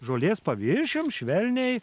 žolės paviršium švelniai